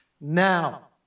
now